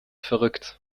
verrückt